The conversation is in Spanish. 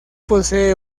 posee